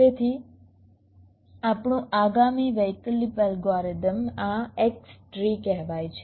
તેથી આપણું આગામી વૈકલ્પિક અલ્ગોરિધમ આ X ટ્રી કહેવાય છે